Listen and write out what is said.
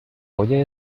oye